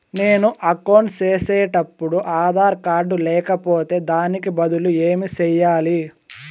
నేను నా అకౌంట్ సేసేటప్పుడు ఆధార్ కార్డు లేకపోతే దానికి బదులు ఏమి సెయ్యాలి?